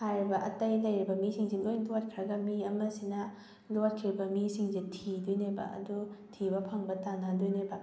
ꯍꯥꯏꯔꯤꯕ ꯑꯇꯩ ꯂꯩꯔꯤꯕ ꯃꯤꯁꯤꯡꯁꯤ ꯂꯣꯏ ꯂꯣꯠꯈ꯭ꯔꯒ ꯃꯤ ꯑꯃꯁꯤꯅ ꯂꯣꯠꯈ꯭ꯔꯤꯕ ꯃꯤꯁꯤꯡꯁꯦ ꯊꯤꯗꯣꯏꯅꯦꯕ ꯑꯗꯣ ꯊꯤꯕ ꯐꯪꯕ ꯇꯅꯥꯗꯣꯏꯅꯦꯕ